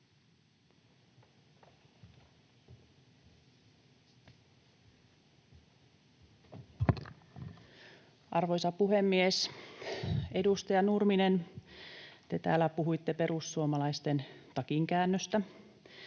Arvoisa puhemies! Edustaja Nurminen, te täällä puhuitte perussuomalaisten takinkäännöstä.